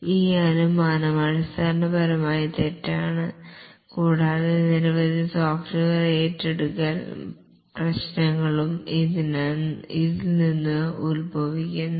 ഈ അനുമാനം അടിസ്ഥാനപരമായി തെറ്റാണ് കൂടാതെ നിരവധി സോഫ്റ്റ്വെയർ ഏറ്റെടുക്കൽ പ്രശ്നങ്ങളും ഇതിൽ നിന്ന് ഉത്ഭവിക്കുന്നു